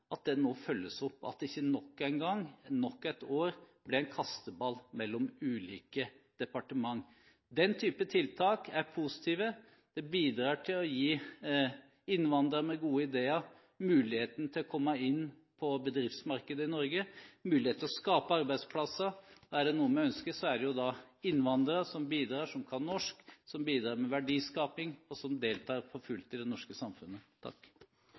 at det nå følges opp, og at de ikke nok en gang, nok et år blir en kasteball mellom ulike departementer. Den typen tiltak er positive og bidrar til å gi innvandrere med gode ideer muligheten til å komme inn på bedriftsmarkedet i Norge og muligheten til å skape arbeidsplasser. Er det noe vi ønsker, så er det innvandrere som bidrar, som kan norsk, som bidrar til verdiskaping og som deltar for fullt i det norske samfunnet.